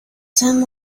time